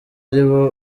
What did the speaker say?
aribo